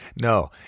No